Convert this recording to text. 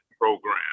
program